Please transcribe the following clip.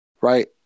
right